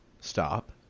stop